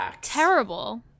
terrible